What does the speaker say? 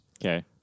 Okay